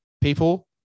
people